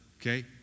Okay